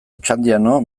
otxandiano